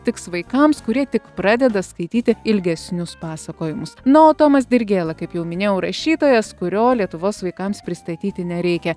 tiks vaikams kurie tik pradeda skaityti ilgesnius pasakojimus na o tomas dirgėla kaip jau minėjau rašytojas kurio lietuvos vaikams pristatyti nereikia